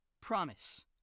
Promise